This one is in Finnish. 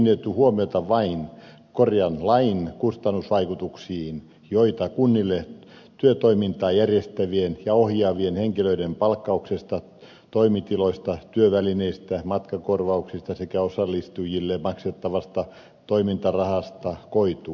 vastalauseessa on kiinnitetty huomiota lain kustannusvaikutuksiin joita kunnille työtoimintaa järjestävien ja ohjaavien henkilöiden palkkauksesta toimitiloista työvälineistä matkakorvauksista sekä osallistujille maksettavasta toimintarahasta koituu